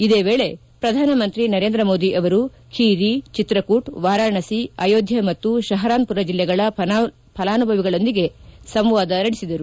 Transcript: ಇದೇ ವೇಳೆ ಪ್ರಧಾನಮಂತ್ರಿ ನರೇಂದ್ರಮೋದಿ ಅವರು ಖೀರಿ ಚಿತ್ರಕೂಟ್ ವಾರಣಾಸಿ ಅಯೋಧ್ಯ ಮತ್ತು ಶಪರಾನ್ ಮರ ಜಿಲ್ಲೆಗಳ ಫಲಾನುಭವಿಗಳೊಂದಿಗೆ ಸಂವಾದ ನಡೆಸಿದರು